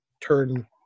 turn